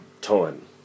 time